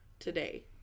today